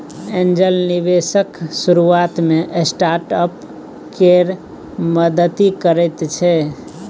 angel निबेशक शुरुआत मे स्टार्टअप केर मदति करैत छै